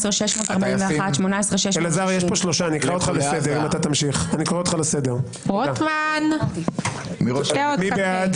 18,381 עד 18,400. מי בעד?